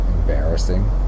embarrassing